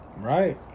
right